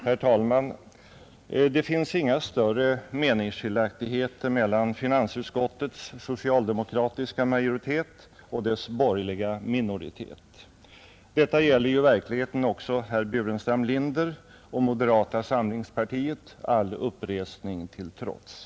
Herr talman! Det finns inga större meningsskiljaktigheter mellan finansutskottets socialdemokratiska majoritet och dess borgerliga minoritet. Detta gäller i verkligheten också herr Burenstam Linder och moderata samlingspartiet, all uppresning till trots.